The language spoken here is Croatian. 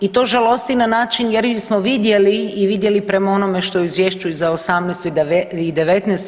U to žalosti na način jer smo vidjeli i vidjeli prema onome što je u izvješću za '18. i '19.